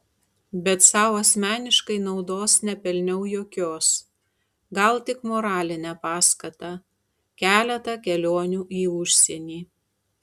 bet sau asmeniškai naudos nepelniau jokios gal tik moralinę paskatą keletą kelionių į užsienį